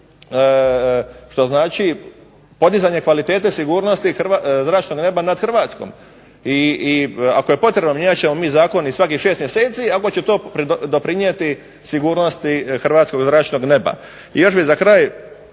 što znači podizanje kvalitete sigurnosti zračnog neba nad Hrvatskom. I ako je potrebno mijenjat ćemo mi zakon i svakih 6 mjeseci ako će to doprinijeti sigurnosti hrvatskog zračnog neba. I još bih za kraj